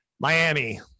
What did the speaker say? Miami